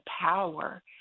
power